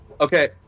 Okay